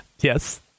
Yes